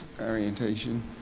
orientation